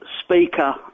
speaker